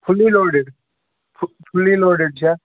fully loaded fully loaded چھےٚ